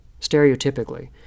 stereotypically